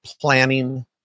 planning